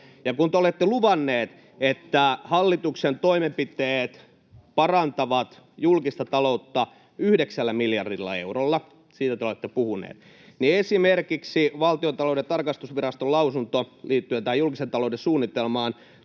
kun te olette luvanneet, että hallituksen toimenpiteet parantavat julkista taloutta 9 miljardilla eurolla — siitä te olette puhuneet — niin esimerkiksi Valtiontalouden tarkastusviraston lausunto liittyen tähän julkisen talouden suunnitelmaan